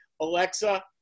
Alexa